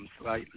slightly